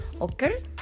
Okay